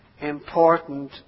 important